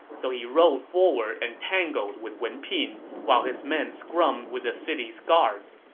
so he rode forward and tangled with wen pin while his men scrummed with the city's guards.